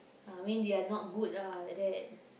uh I mean they are not good ah like that